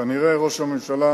כנראה, ראש הממשלה,